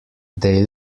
they